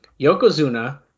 Yokozuna